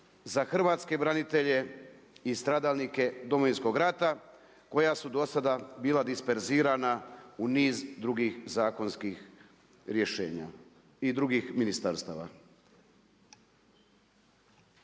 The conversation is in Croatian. za hrvatske branitelje i stradalnike Domovinskog rata koja su do sada bila disperzirana u niz drugih zakonskih rješenja i drugih ministarstava.